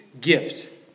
gift